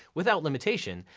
without limitation,